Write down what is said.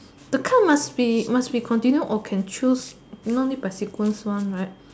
the card must be must be continue or can choose no need by sequence one right